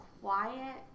Quiet